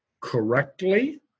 correctly